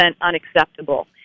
unacceptable